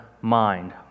mind